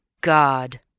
God